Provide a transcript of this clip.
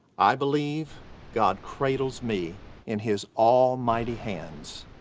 i believe god cradles me in his almighty hands,